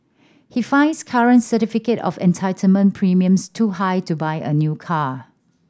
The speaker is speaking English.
he finds current certificate of entitlement premiums too high to buy a new car